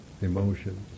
emotions